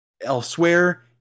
elsewhere